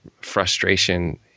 frustration